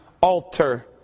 altar